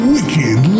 Wicked